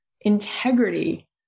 integrity